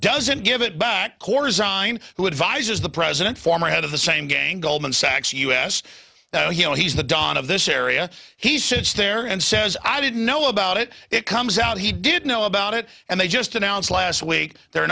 doesn't give it back or resign who advises the president former head of the same gang goldman sachs us you know he's the don of this area he sits there and says i didn't know about it it comes out he did know about it and they just announced last week they're